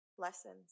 Lessons